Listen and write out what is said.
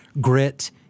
grit